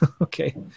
Okay